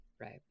Right